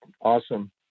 awesome